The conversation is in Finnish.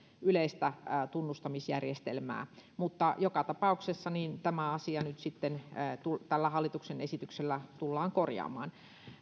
yleistä tunnustamisjärjestelmää mutta joka tapauksessa tämä asia tällä hallituksen esityksellä tullaan korjaamaan